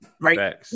Right